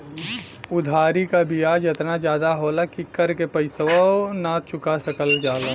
उधारी क बियाज एतना जादा होला कि कर के पइसवो ना चुका सकल जाला